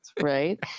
right